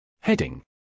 Heading